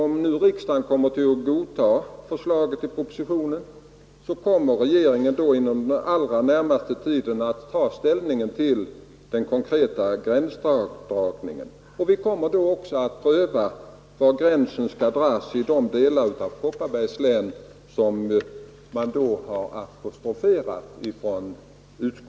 Om nu riksdagen godtar förslaget i propositionen kommer regeringen inom den allra närmaste tiden att ta ställning till den konkreta gränsdragningen. Vi kommer då också att pröva var gränsen skall dras i de delar av Kopparbergs län som utskottet har apostroferat.